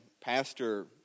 pastor